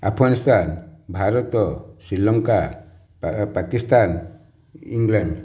Afghanistan Bharat Sri Lanka Pakistan England